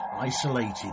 isolated